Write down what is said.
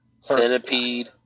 Centipede